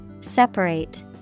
Separate